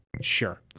Sure